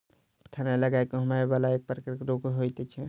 थनैल गाय के होमय बला एक प्रकारक रोग होइत छै